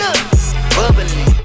bubbly